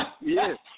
Yes